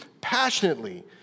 passionately